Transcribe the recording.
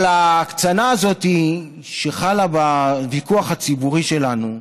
אבל ההקצנה הזאת שחלה בוויכוח הציבורי שלנו,